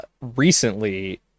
recently